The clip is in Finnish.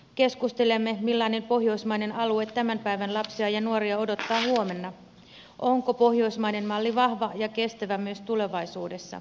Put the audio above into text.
keskustelemme millainen pohjoismainen alue tämän päivän lapsia ja nuoria odottaa huomenna onko pohjoismainen malli vahva ja kestävä myös tulevaisuudessa